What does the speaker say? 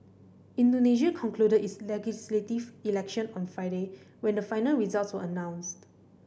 Indonesia concluded its legislative election on Friday when the final results were announced